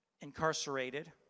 incarcerated